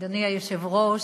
אדוני היושב-ראש,